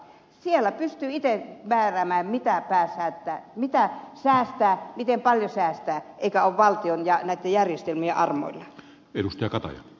siellä pystyy itse määräämään mitä säästää miten paljon säästää eikä ole valtion eikä näiden järjestelmien armoilla